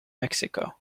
mexico